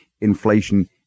inflation